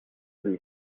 lui